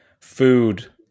food